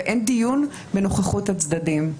ואין דיון בנוכחות הצדדים.